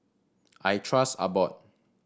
I trust Abbott